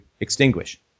extinguish